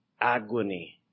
agony